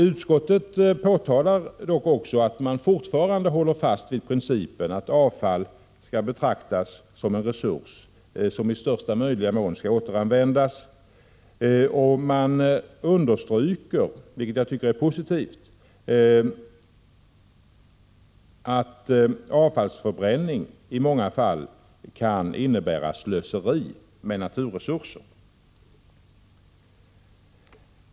Utskottet påtalar dock också att man fortfarande håller fast vid principen att avfall skall betraktas som en resurs som i största möjliga mån skall återanvändas, och man understryker — vilket jag tycker är positivt — att avfallsförbränning i många fall kan innebära slöseri med naturresurser.